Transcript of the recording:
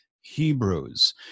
Hebrews